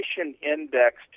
inflation-indexed